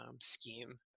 scheme